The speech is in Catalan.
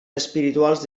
espirituals